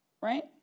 right